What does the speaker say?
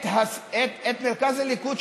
את עמדת מרכז הליכוד,